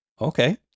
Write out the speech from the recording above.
Okay